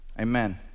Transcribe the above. Amen